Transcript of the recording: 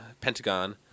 pentagon